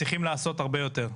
צריכים לעשות הרבה יותר.